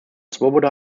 swoboda